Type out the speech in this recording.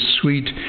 sweet